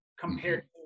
compared